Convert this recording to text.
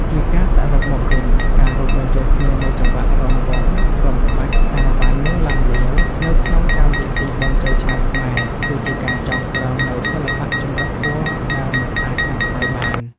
ជាការសរុបមកវិញ ការរួមបញ្ចូលគ្នានៃចង្វាក់រាំវង់ រាំក្បាច់ សារ៉ាវ៉ាន់ និងឡាំលាវ នៅក្នុងកម្មវិធីបុណ្យចូលឆ្នាំខ្មែរ គឺជាការចងក្រងនូវសិល្បៈចម្រុះពណ៌ដែលមិនអាចកាត់ថ្លៃបាន។